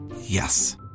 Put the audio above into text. Yes